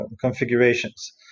configurations